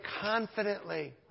confidently